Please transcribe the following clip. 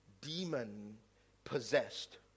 demon-possessed